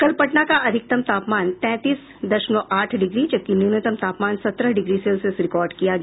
कल पटना का अधिकतम तापमान तैंतीस दशमलव आठ डिग्री जबकि न्यूनतम तापमान सत्रह डिग्री सेल्सियस रिकॉर्ड किया गया